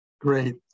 Great